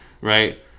right